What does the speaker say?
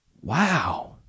Wow